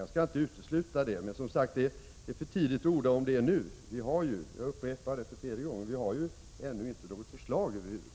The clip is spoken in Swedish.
Jag skall inte utesluta det, men det är som sagt för tidigt att orda om detta nu. Jag upprepar för tredje gången att vi ännu inte har något förslag över huvud taget.